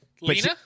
Lena